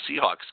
Seahawks